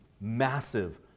massive